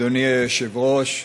אדוני היושב-ראש,